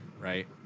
right